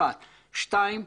שנית,